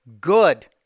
good